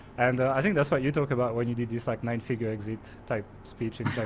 and i think that's what you talk about when you do this like nine figure exit type speech and